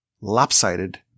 lopsided